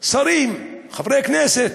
שרים, חברי כנסת,